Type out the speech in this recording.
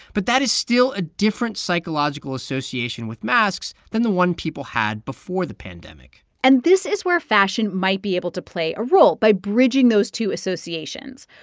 but that is still a different psychological association with masks than the one people had before the pandemic and this is where fashion might be able to play a role by bridging those two associations.